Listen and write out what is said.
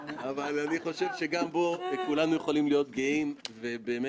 איתן תמיד אמר לי שהקושי הכי גדול שלו הוא חברי הקואליציה מול הממשלה,